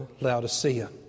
Laodicea